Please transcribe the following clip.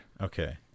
Okay